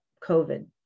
COVID